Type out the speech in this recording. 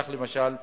כך, למשל,